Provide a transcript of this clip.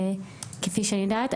כפי שאני יודעת,